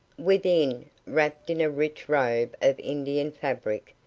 within wrapped in a rich robe of indian fabric,